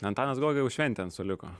antanas guoga jau šventė ant suoliuko